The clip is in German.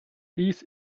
dies